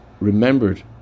remembered